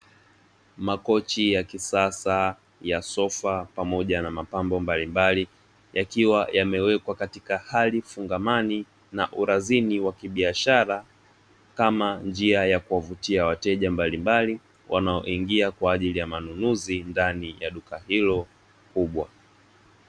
Makochi ya kisasa ya sofa pamoja na mapambo mbalimbali yakiwa yamewekwa katika hali fungamani na urazini wa kibiashara, kama njia ya kuwavutia wateja mbalimbali wanaoingia kwa ajili ya manunuzi ndani ya duka hilo kubwa.